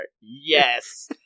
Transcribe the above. Yes